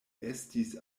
estis